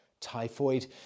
typhoid